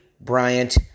Bryant